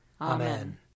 Amen